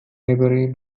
maybury